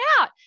out